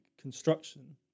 construction